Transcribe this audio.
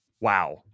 Wow